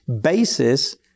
basis